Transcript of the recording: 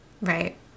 Right